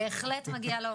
בהחלט מגיע לו,